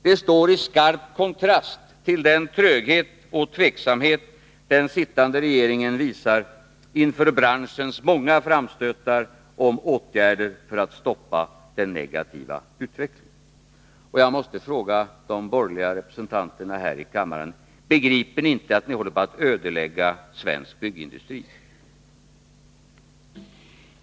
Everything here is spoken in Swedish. Det står i skarp kontrast till den tröghet och tveksamhet den sittande regeringen visar inför branschens många framstötar om åtgärder för att stoppa den negativa utvecklingen.” Jag måste fråga de borgerliga representanterna här i kammaren: Begriper ni inte att ni håller på att ödelägga svensk byggindustri?